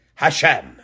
Hashem